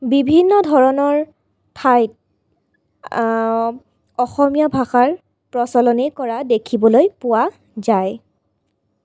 বিভিন্ন ধৰণৰ ঠাইত অসমীয়া ভাষাৰ প্ৰচলনেই কৰা দেখিবলৈ পোৱা যায়